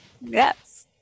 Yes